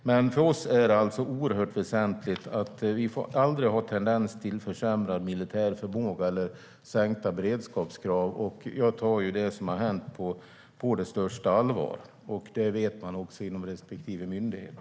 Men för oss är det oerhört väsentligt att vi aldrig får ha någon tendens till försämrad militär förmåga eller sänkta beredskapskrav. Jag tar det som har hänt på största allvar. Det vet man också inom respektive myndighet.